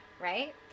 right